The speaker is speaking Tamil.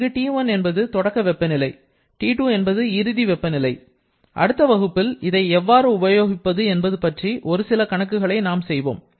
இங்கு T1 என்பது தொடக்க வெப்பநிலை T2 என்பது இறுதி வெப்பநிலை அடுத்த வகுப்பில் இதை எவ்வாறு உபயோகிப்பது என்பது பற்றி ஒரு சில கணக்குகளை நாம் செய்வோம்